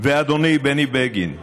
אדוני בני בגין,